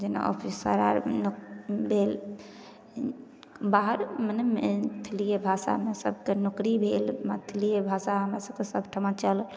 जेना ऑफिस आर आर भेल बाहर मने मैथिलिए भाषामे सभकेँ नौकरी भेल मैथिलिए भाषा हमरासभकेँ सबठाम चलल